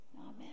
Amen